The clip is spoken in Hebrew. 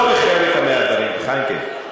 לא בחלק מהדברים, חיימק'ה.